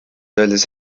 öeldes